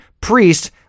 priest